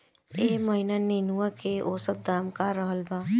एह महीना नेनुआ के औसत दाम का रहल बा?